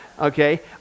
okay